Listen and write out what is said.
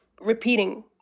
repeating